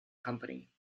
company